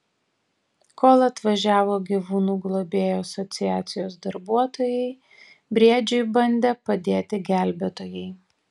kol atvažiavo gyvūnų globėjų asociacijos darbuotojai briedžiui bandė padėti gelbėtojai